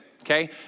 okay